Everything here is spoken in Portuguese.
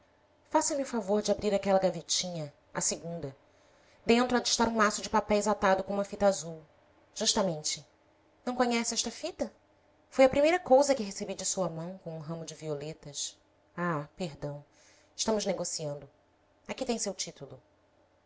faça-me o favor de abrir aquela gavetinha a segunda dentro há de estar um maço de papéis atado com uma fita azul justamente não conhece esta fita foi a primeira cousa que recebi de sua mão com um ramo de violetas ah perdão estamos negociando aqui tem seu título